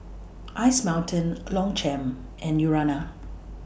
Ice Mountain Longchamp and Urana